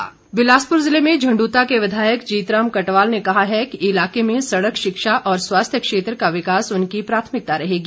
कटवाल बिलासपुर जिले में झण्ड्रता के विधायक जीत राम कटवाल ने कहा है कि इलाके में सड़क शिक्षा और स्वास्थ्य क्षेत्र का विकास उनकी प्राथमिकता रहेगी